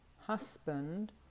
husband